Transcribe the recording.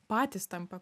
patys tampa